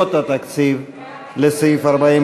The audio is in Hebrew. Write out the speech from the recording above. אבל לשנת הכספים 2016. הסתייגויות שמבקשות תוספות תקציב לסעיף 42,